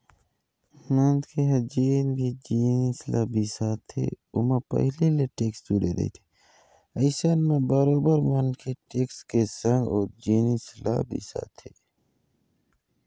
मनखे ह जेन भी जिनिस बिसाथे ओमा पहिली ले टेक्स जुड़े रहिथे अइसन म बरोबर मनखे टेक्स के संग ओ जिनिस ल बिसाथे